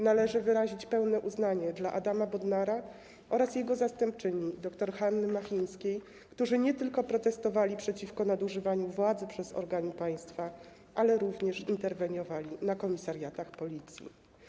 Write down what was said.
Należy wyrazić pełne uznanie dla Adama Bodnara oraz jego zastępczyni dr Hanny Machińskiej, którzy nie tylko protestowali przeciwko nadużywaniu władzy przez organy państwa, ale również interweniowali na komisariatach Policji.